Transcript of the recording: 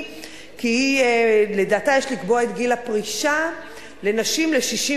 כי לדעתה יש לקבוע את גיל הפרישה לנשים ל-64.